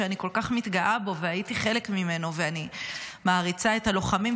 שאני כל כך מתגאה בו והייתי חלק ממנו ואני מעריצה את הלוחמים,